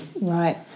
Right